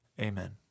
Amen